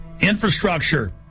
Infrastructure